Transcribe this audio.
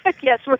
Yes